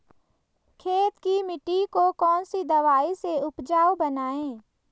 खेत की मिटी को कौन सी दवाई से उपजाऊ बनायें?